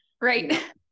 right